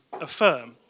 affirm